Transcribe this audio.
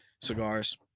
Cigars